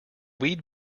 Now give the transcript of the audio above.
we’d